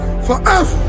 forever